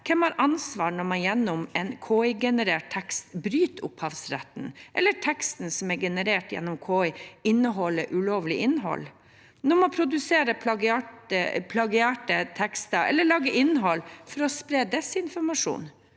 Hvem har ansvar når man gjennom en KI-generert tekst bryter opphavsretten, eller teksten som er generert gjennom KI, har ulovlig innhold? Når man produserer plagierte tekster eller lager innhold for å spre desinformasjon,